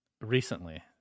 Recently